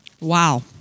Wow